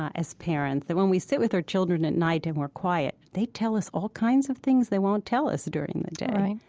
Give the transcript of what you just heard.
ah as parents, that when we sit with our children at night and we're quiet, they tell us all kinds of things they won't tell us during the day right.